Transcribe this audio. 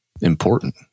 important